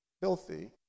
filthy